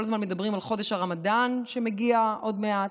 כל הזמן מדברים על חודש הרמדאן שמגיע עוד מעט.